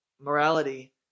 morality